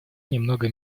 немного